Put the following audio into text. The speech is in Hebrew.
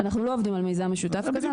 אנחנו לא עובדים על מיזם משותף כזה,